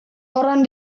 orang